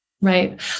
Right